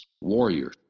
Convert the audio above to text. warrior